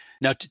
Now